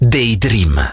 Daydream